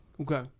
Okay